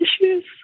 issues